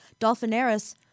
Dolphinaris